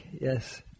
yes